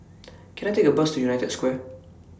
Can I Take A Bus to United Square